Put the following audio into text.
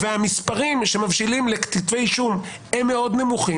והמספרים שמבשילים לכתבי אישום, הם נמוכים מאוד.